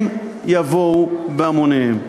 הם יבואו בהמוניהם.